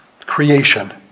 creation